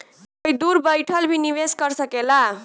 कोई दूर बैठल भी निवेश कर सकेला